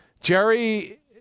Jerry